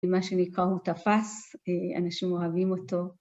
מה שנקרא הוא תפס, אנשים אוהבים אותו.